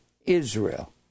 Israel